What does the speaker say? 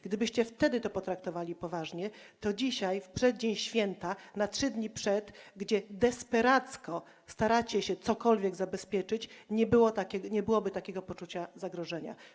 Gdybyście wtedy to potraktowali poważnie, to dzisiaj, w przeddzień święta, na 3 dni przed, gdzie desperacko staracie się cokolwiek zabezpieczyć, nie byłoby takiego poczucia zagrożenia.